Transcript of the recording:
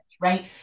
right